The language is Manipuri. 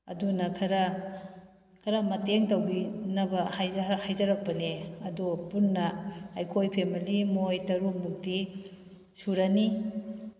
ꯑꯗꯨꯅ ꯈꯔ ꯈꯔ ꯃꯇꯦꯡ ꯇꯧꯕꯤꯅꯕ ꯍꯥꯏꯖꯔꯛꯄꯅꯦ ꯑꯗꯣ ꯄꯨꯟꯅ ꯑꯩꯈꯣꯏ ꯐꯦꯃꯤꯂꯤ ꯃꯣꯏ ꯇꯔꯨꯛ ꯃꯨꯛꯇꯤ ꯁꯨꯔꯅꯤ